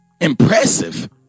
impressive